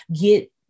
get